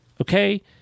Okay